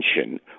attention